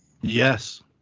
Yes